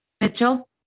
Mitchell